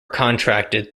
contracted